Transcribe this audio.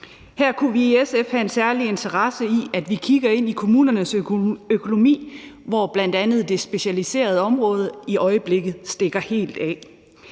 Her kunne vi i SF have en særlig interesse i, at vi kigger ind i kommunernes økonomi, hvor bl.a. det specialiserede område i øjeblikket stikker helt af.